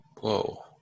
Whoa